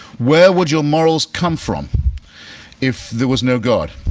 where would your morals come from if there was no god?